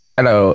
Hello